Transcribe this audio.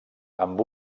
amb